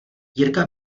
jirka